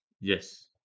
Yes